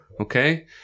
Okay